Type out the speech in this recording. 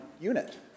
unit